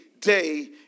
day